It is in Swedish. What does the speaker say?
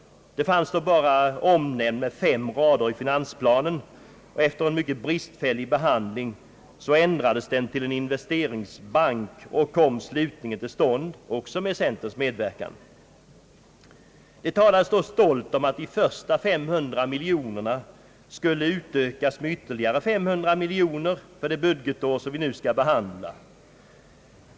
Den fanns då vara omnämnd med fem rader i finansplanen. Efter en mycket bristfällig behandling ändrades den till en investeringsbank, och den kom slutligen till stånd också med centerns medverkan. Det talades då stolt om att de första 500 miljonerna skulle utökas med ytterligare 500 miljoner för det budgetår som vi nu skall behandla.